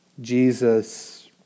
Jesus